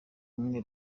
umwe